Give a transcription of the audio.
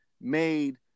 made